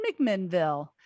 McMinnville